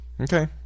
okay